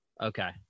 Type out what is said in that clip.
Okay